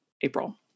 April